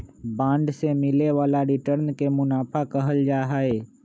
bond से मिले वाला रिटर्न के मुनाफा कहल जाहई